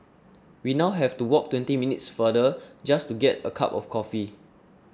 we now have to walk twenty minutes farther just to get a cup of coffee